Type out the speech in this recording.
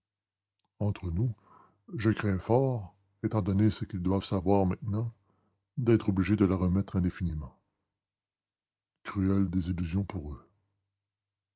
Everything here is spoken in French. entre nous je crains fort étant donné ce qu'ils doivent savoir maintenant d'être obligé de la remettre indéfiniment cruelle désillusion pour eux